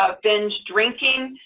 ah binge drinking,